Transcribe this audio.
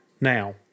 Now